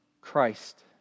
Christ